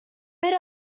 bit